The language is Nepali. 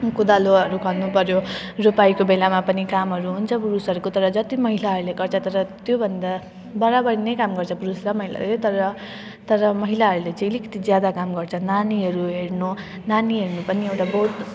कोदालोहरू खन्नुपऱ्यो रोपाइको बेलामा पनि कामहरू हुन्छ पुरुषहरूको तर जति महिलाहरूले गर्छ तर त्योभन्दा बराबर नै काम गर्छ पुरुष र महिलाले तर तर महिलाहरूले चाहिँ अलिकति ज्यादा काम गर्छ नानीहरू हेर्नु नानी हेर्नु पनि एउटा बहुत